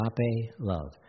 love